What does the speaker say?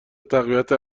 تقویت